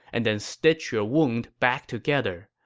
and then stitch your wound back together.